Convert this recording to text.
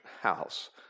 house